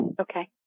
Okay